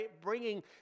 bringing